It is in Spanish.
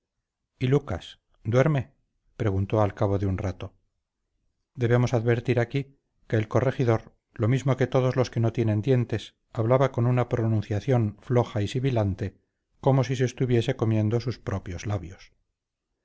y lucas duerme preguntó al cabo de un rato debemos advertir aquí que el corregidor lo mismo que todos los que no tienen dientes hablaba con una pronunciación floja y sibilante como si se estuviese comiendo sus propios labios